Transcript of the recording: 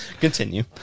Continue